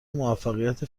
موفقیت